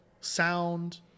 sound